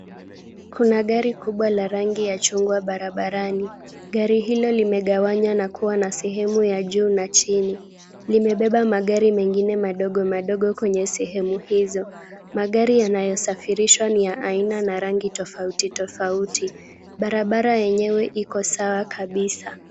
Kuna gari kubwa la rangi ya chungwa barabarani. Gari hilo limegawanywa na kuwa na sehemu ya juu na chini. Limebeba magari mengine madogo madogo kwenye sehemu hizo. Magari yanayosafirishwa ni ya aina na rangi tofauti tofauti. Barabara yenyewe Iko sawa kabisa.